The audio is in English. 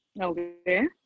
Okay